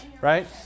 Right